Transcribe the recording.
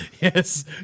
Yes